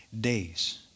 days